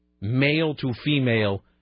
male-to-female